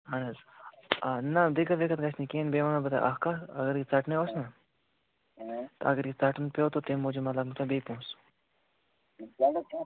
اہن حظ آ نَہ دِقت وِقت گَژھِ نہٕ کہِیٖنۍ بیٚیہِ وَنو بہٕ تۄہہِ اَکھ کَتھ اگر یہِ ژَٹنَے اوس نَہ اگر یہِ ژٹُن پیوٚو تہٕ تَمہِ موٗجوٗب مَہ لگنو تۄہہِ بیٚیہِ پونٛسہٕ